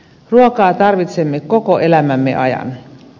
ruokaa tarvitsemme koko elämämme ajan